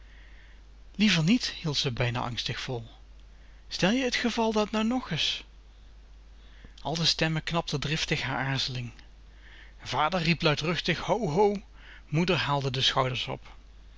liever niet hield ze bijna angstig vol stel je t geval dat nou nog is al de stemmen knapten driftig haar aarzeling vader riep luidruchtig ho ho moeder haalde de schouders op